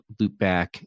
loopback